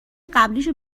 قبلیشو